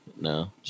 No